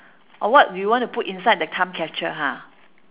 or what do you want to put inside the time catcher ha